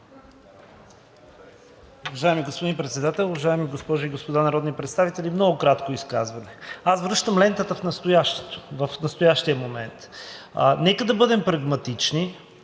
Уважаеми господин Председател, уважаеми госпожи и господа народни представители! Много кратко изказване. Аз връщам лентата в настоящето, в настоящия момент. Нека да бъдем прагматични,